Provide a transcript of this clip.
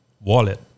wallet